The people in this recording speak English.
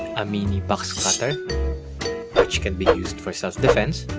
a mini box-cutter which can be used for self-defence